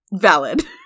Valid